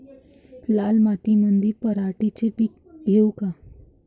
लाल मातीमंदी पराटीचे पीक घेऊ का?